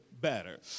Better